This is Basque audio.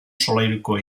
solairuko